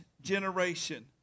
generation